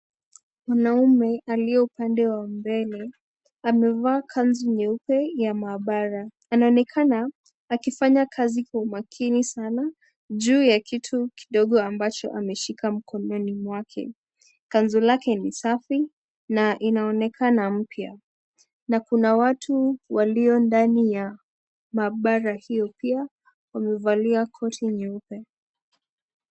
Mwanaume aliyeupande wa mbele amevaa kanzu nyeupe ya maabara. Anaonekana akifanya kazi kwa makini sana juu ya kitu kidogo aliyoshika mkononi mwake. Kanzu lake ni safi na inaonekana mpya na kuna watu waliyo ndani ya bara hilo pia wamevalia koti nyeupe.